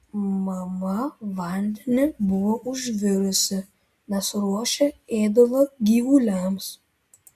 mama vandenį buvo užvirusi nes ruošė ėdalą gyvuliams